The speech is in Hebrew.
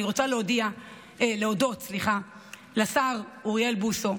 אני רוצה להודות לשר אוריאל בוסו,